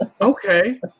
Okay